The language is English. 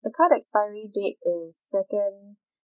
the card expiry date is second